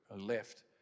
left